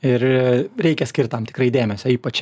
ir reikia skirt tam tikrai dėmesio ypač